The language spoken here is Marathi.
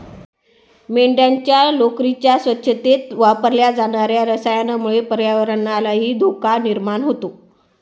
मेंढ्यांच्या लोकरीच्या स्वच्छतेत वापरल्या जाणार्या रसायनामुळे पर्यावरणालाही धोका निर्माण होतो